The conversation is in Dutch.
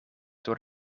door